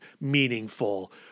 meaningful